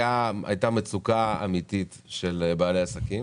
הייתה מצוקה אמיתית של בעלי העסקים